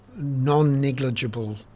non-negligible